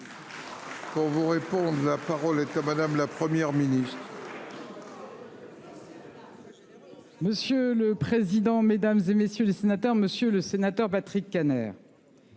en. Répondent. La parole est à madame la Première ministre. Monsieur le président, Mesdames, et messieurs les sénateurs, monsieur le sénateur Patrick Kanner.